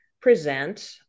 present